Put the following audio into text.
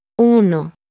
Uno